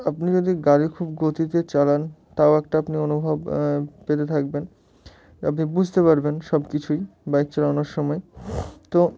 আপনি যদি গাড়ি খুব গতিতে চালান তাও একটা আপনি অনুভব পেতে থাকবেন আপনি বুঝতে পারবেন সব কিছুই বাইক চালানোর সময় তো